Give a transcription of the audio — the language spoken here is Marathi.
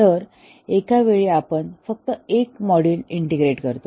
तर एका वेळी आपण फक्त एक मॉड्यूल इंटिग्रेट करतो